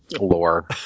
Lore